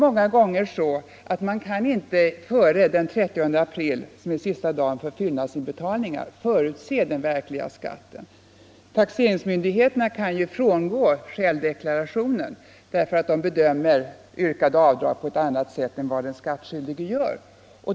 Många gånger kan man emellertid inte före den 30 april, som är sista dagen för fyllnadsinbetalning, förutse den verkliga skatten. Taxeringsmyndigheterna kan ju frångå självdeklarationen därför att de bedömer yrkade avdrag på ett annat sätt än den skattskyldige.